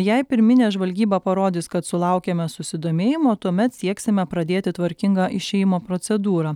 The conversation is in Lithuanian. jei pirminė žvalgyba parodys kad sulaukiame susidomėjimo tuomet sieksime pradėti tvarkingą išėjimo procedūrą